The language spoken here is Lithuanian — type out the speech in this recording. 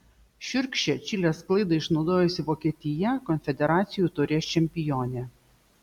šiurkščią čilės klaidą išnaudojusi vokietija konfederacijų taurės čempionė